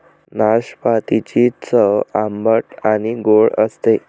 नाशपातीची चव आंबट आणि गोड असते